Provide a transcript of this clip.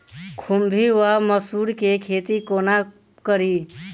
खुम्भी वा मसरू केँ खेती कोना कड़ी?